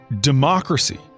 democracy